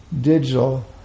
digital